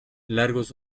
largos